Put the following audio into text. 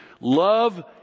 love